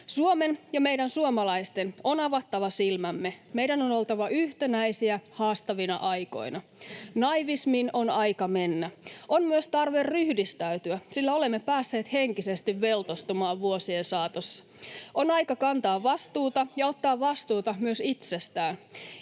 Suomen ja meidän suomalaisten on avattava silmämme. Meidän on oltava yhtenäisiä haastavina aikoina. Naivismin on aika mennä. On myös tarve ryhdistäytyä, sillä olemme päässeet henkisesti veltostumaan vuosien saatossa. On aika kantaa vastuuta ja ottaa vastuuta myös itsestään,